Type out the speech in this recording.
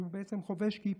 שהוא בעצם חובש כיפה,